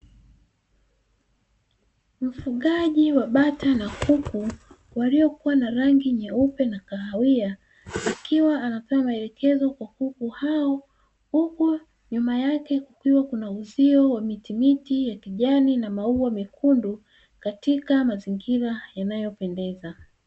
Mfugaji wa bata na kuku; waliokuwa na rangi nyeupe na kahawia akiwa anatoa maelekezo kwa kuku hao, huku nyuma yake kukiwa na uzio wa mitimiti ya kijani na maua mekundu katika mazingira yanayopendeza.